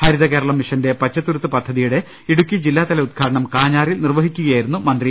ഹരിതകേരളം മിഷന്റെ പച്ചത്തുരുത്ത് പദ്ധതിയുടെ ഇടുക്കി ജില്ലാതല ഉദ്ഘാടനം കാഞ്ഞാറിൽ നിർവഹിക്കുകയായിരുന്നു അദ്ദേഹം